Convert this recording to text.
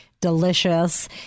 Delicious